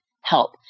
help